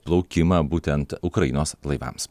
plaukimą būtent ukrainos laivams